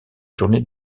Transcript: journées